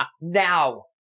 now